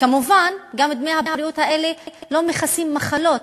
כמובן, דמי הבריאות האלה גם לא מכסים מחלות.